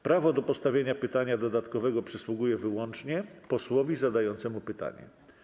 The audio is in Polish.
Prawo do postawienia pytania dodatkowego przysługuje wyłącznie posłowi zadającemu pytanie.